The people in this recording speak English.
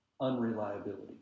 Unreliability